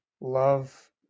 love